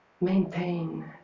maintain